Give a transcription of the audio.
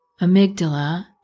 amygdala